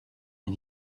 and